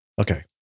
okay